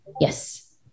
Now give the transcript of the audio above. Yes